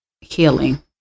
healing